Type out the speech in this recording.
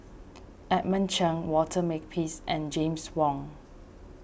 Edmund Cheng Walter Makepeace and James Wong